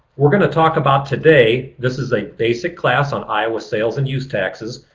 we're going to talk about today, this is a basic class on iowa sales and use taxes.